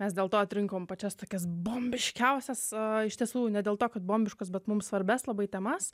mes dėlto atrinkom pačias tokias bombiškiausias iš tiesų ne dėl to kad bombiškos bet mums svarbias labai temas